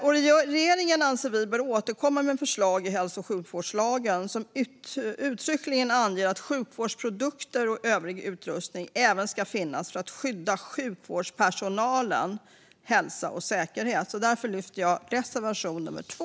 Vi anser att regeringen bör återkomma med förslag i hälso och sjukvårdslagen som uttryckligen anger att sjukvårdsprodukter och övrig utrustning även ska finnas för att skydda sjukvårdspersonalens hälsa och säkerhet. Därför yrkar jag bifall till reservation 2.